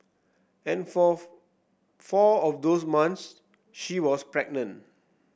and for four of those months she was pregnant